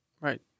Right